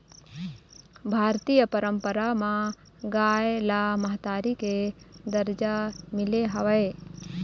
भारतीय पंरपरा म गाय ल महतारी के दरजा मिले हवय